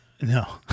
no